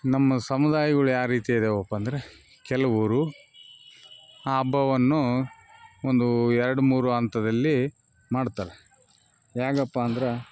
ನಮ್ಮ ಸಮುದಾಯಗಳ್ ಯಾವ ರೀತಿ ಇದಾವಪ್ಪಾ ಅಂದರೆ ಕೆಲವರು ಆ ಹಬ್ಬವನ್ನು ಒಂದು ಎರಡು ಮೂರು ಹಂತದಲ್ಲಿ ಮಾಡ್ತಾರೆ ಹೇಗಪ್ಪಾ ಅಂದ್ರೆ